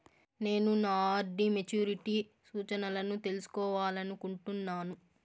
నేను నా RD maturity సూచనలను తెలుసుకోవాలనుకుంటున్నాను